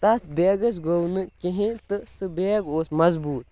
تَتھ بیگس گوٚو نہٕ کِہیٖنۍ تہٕ سُہ بیگ اوس مضبوٗط